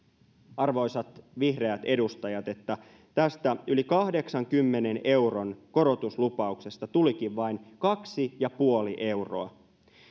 arvoisat vihreät edustajat että tästä yli kahdeksankymmenen euron korotuslupauksesta tulikin vain kaksi pilkku viisikymmentä euroa